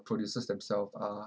producers themselves are